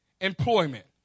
employment